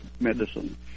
medicine